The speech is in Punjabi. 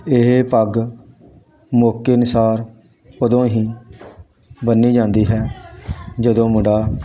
ਇਹ ਪੱਗ ਮੌਕੇ ਅਨੁਸਾਰ ਉਦੋਂ ਹੀ ਬੰਨ੍ਹੀ ਜਾਂਦੀ ਹੈ ਜਦੋਂ ਮੁੰਡਾ